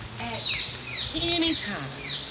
at any time.